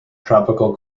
tropical